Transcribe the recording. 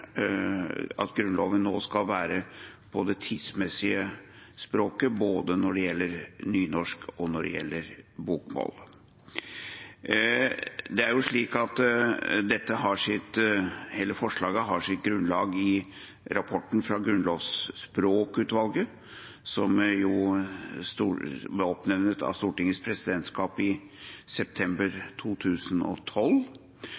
Grunnloven nå skal være tidsmessig i språket når det gjelder både nynorsk og bokmål. Det er slik at forslaget har sitt grunnlag i rapporten fra Grunnlovsspråkutvalget, som ble oppnevnt av Stortingets presidentskap i